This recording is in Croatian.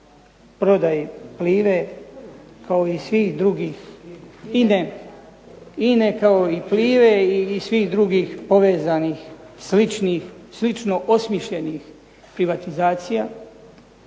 prodaji INA-e kao i Plive kao i svih drugih povezanih, slično osmišljenih privatizacija,